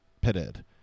pitted